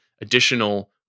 additional